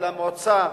למועצה.